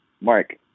Mark